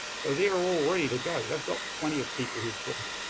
so they are all ready to go, they've got plenty of people who've booked.